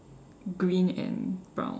green and brown